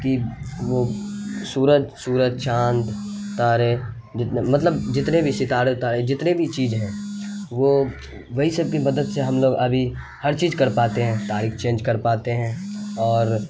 کہ وہ سورج سورج چاند تارے جتنے مطلب جتنے بھی ستارے اتارے جتنے بھی چیز ہیں وہ وہی سب کی مدد سے ہم لوگ ابھی ہر چیز کر پاتے ہیں تاریخ چینج کر پاتے ہیں اور